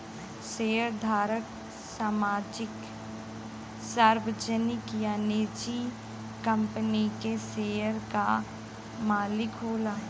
शेयरधारक सार्वजनिक या निजी कंपनी के शेयर क मालिक होला